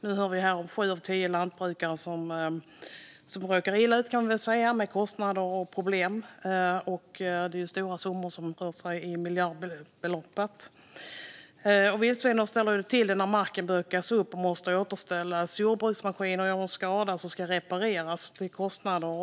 Nu hör vi här att sju av tio lantbrukare råkar illa ut med problem och kostnader. Det rör sig om belopp runt miljarden. Vildsvinen ställer till det när mark bökas upp och måste återställas och jordbruksmaskiner skadas och måste repareras till höga kostnader.